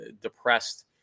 depressed